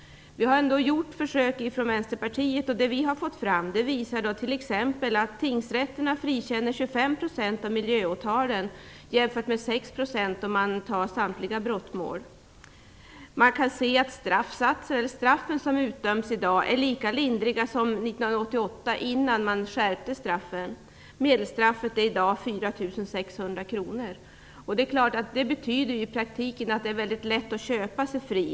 Vi har ändock gjort försök från Vänsterpartiet. De uppgifter vi har fått fram visar t.ex. att tingsrätterna frikänner 25 % av miljöåtalen jämfört med 6 % för samtliga brottmål. Man kan se att de straff som utdöms i dag är lika lindriga som de var 1988, innan man skärpte straffen. Medelstraffet är i dag 4 600 kr. Det betyder att det i praktiken är mycket lätt att köpa sig fri.